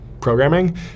programming